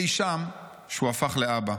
אי שם, שהוא הפך לאבא.